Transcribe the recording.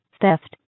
Theft